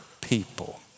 people